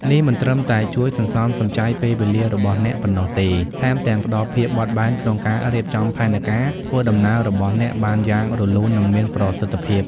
នេះមិនត្រឹមតែជួយសន្សំសំចៃពេលវេលារបស់អ្នកប៉ុណ្ណោះទេ ថែមទាំងផ្តល់ភាពបត់បែនក្នុងការរៀបចំផែនការធ្វើដំណើររបស់អ្នកបានយ៉ាងរលូន និងមានប្រសិទ្ធភាព។